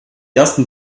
ersten